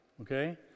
okay